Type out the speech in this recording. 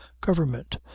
government